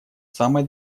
самой